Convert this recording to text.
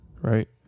right